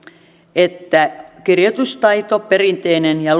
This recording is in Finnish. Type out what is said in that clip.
että perinteinen kirjoitustaito ja